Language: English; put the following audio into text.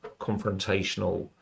confrontational